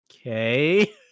Okay